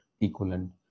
equivalent